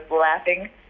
laughing